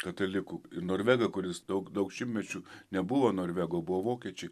katalikų ir norvegą kuris daug daug šimtmečių nebuvo norvegų o buvo vokiečiai